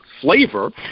flavor